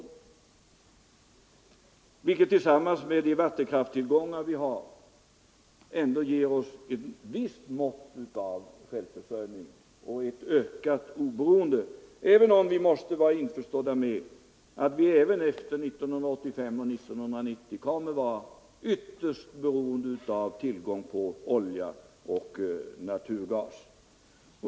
Det skulle tillsammans med de vattenkraftstillgångar vi har ändå ge oss ett visst mått av självförsörjning och ett ökat oberoende, även om vi måste vara på det klara med att vi även efter år 1985 och 1990 kommer att vara ytterst beroende av tillgång på olja och naturgas.